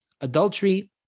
adultery